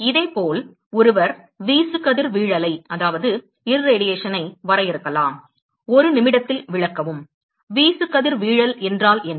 இதேபோல் ஒருவர் வீசுகதிர்வீழலை வரையறுக்கலாம் ஒரு நிமிடத்தில் விளக்கவும் வீசுகதிர்வீழல் என்றால் என்ன